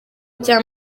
cya